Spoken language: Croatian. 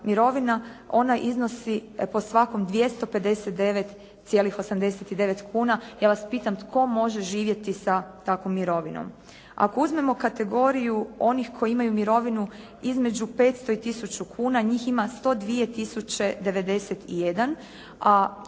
ona iznosi po svakom 259,89 kuna. Ja vas pitam tko može živjeti sa takvom mirovinom? Ako uzmemo kategoriju onih koji imaju mirovinu između 500 i tisuću kuna, njih ima 102 091,